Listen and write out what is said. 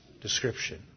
description